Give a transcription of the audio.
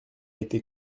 été